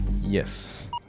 Yes